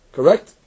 Correct